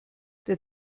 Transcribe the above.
der